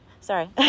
Sorry